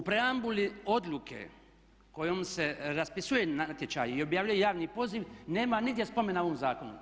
U prembuli odluke kojom se raspisuje natječaj i objavljuje javni poziv nema nigdje spomena ovom zakonu.